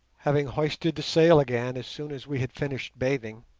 having hoisted the sail again as soon as we had finished bathing,